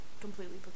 completely